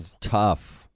tough